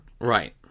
Right